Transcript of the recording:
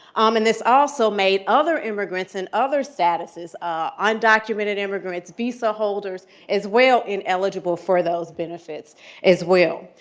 um and this also made other immigrants and other statuses undocumented immigrants, visa holders as well ineligible for those benefits as well.